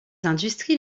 industries